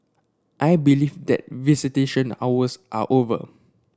I believe that visitation hours are over